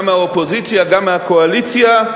גם מהאופוזיציה וגם מהקואליציה,